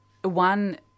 One